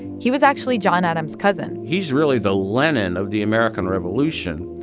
he was actually john adams' cousin he's really the lenin of the american revolution,